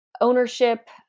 ownership